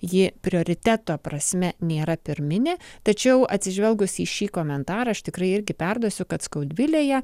ji prioriteto prasme nėra pirminė tačiau atsižvelgus į šį komentarą aš tikrai irgi perduosiu kad skaudvilėje